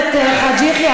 חבר הכנסת חאג' יחיא,